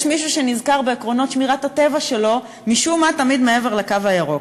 יש מישהו שמשום-מה נזכר בעקרונות שמירת הטבע שלו תמיד מעבר לקו הירוק,